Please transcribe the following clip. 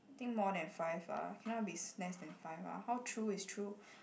think more than five ah cannot be less than five ah how true is true